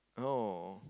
oh